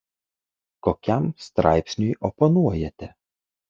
kokiam straipsniui oponuojate